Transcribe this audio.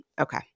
Okay